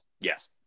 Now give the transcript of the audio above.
Yes